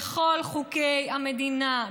בכל חוקי המדינה,